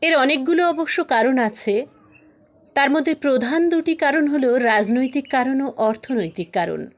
এর অনেকগুলো অবশ্য কারণ আছে তার মধ্যে প্রধান দুটি কারণ হল রাজনৈতিক কারণ ও অর্থনৈতিক কারণ